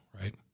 right